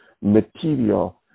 material